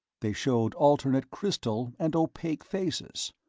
they showed alternate crystal and opaque faces.